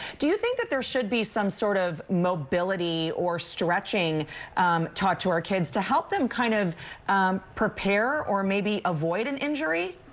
do you think there should be some sort of mobility or stretching talk to our kids to help them kind of prepare or maybe avoid an injury?